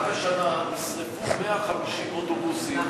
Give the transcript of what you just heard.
רק השנה נשרפו 150 אוטובוסים,